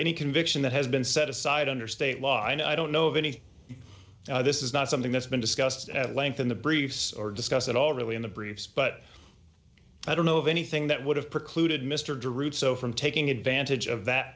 any conviction that has been set aside under state law and i don't know of any this is not something that's been discussed at length in the briefs or discussed at all really in the briefs but i don't know of anything that would have precluded mr de route so from taking advantage of that